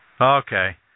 Okay